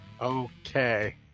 okay